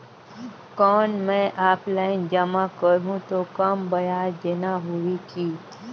कौन मैं ऑफलाइन जमा करहूं तो कम ब्याज देना होही की?